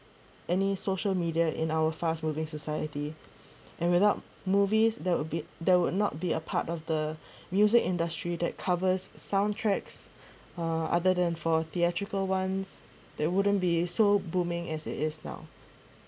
any social media in our fast moving society and without movies that would be there would not be a part of the music industry that covers soundtracks uh other than for theatrical ones there wouldn't be so booming as it is now